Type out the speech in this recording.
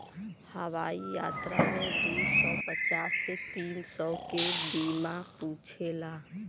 हवाई यात्रा में दू सौ पचास से तीन सौ के बीमा पूछेला